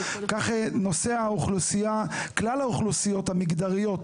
כך נושא כלל האוכלוסיות המגדריות